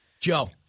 Joe